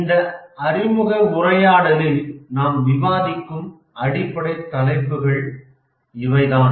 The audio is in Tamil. இந்த அறிமுக உரையாடலில் நாம் விவாதிக்கும் அடிப்படை தலைப்புகள் இவைதான்